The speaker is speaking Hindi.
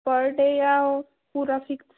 पर डे या पूरा फिक्स